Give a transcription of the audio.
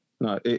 No